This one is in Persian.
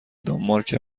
دانمارک